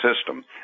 system